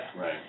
Right